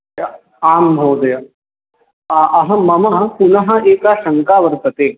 य आं महोदय अहं मम पुनः एका शङ्का वर्तते